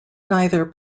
neither